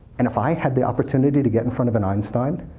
and if i had the opportunity to get in front of an einstein,